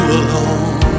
alone